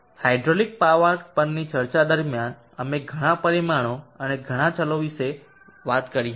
hydraulic power પરની ચર્ચા દરમિયાન અમે ઘણા પરિમાણો અને ઘણા ચલો વિશે વાત કરી છે